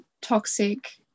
toxic